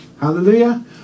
hallelujah